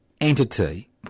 Entity